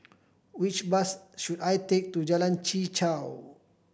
which bus should I take to Jalan Chichau